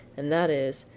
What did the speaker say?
and that is,